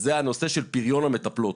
זה הנושא של פריון המטפלות.